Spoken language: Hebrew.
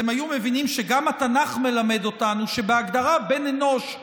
הם היו מבינים שגם התנ"ך מלמד אותנו שבהגדרה בן אנוש,